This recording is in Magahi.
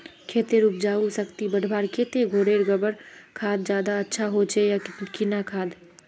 खेतेर उपजाऊ शक्ति बढ़वार केते घोरेर गबर खाद ज्यादा अच्छा होचे या किना खाद?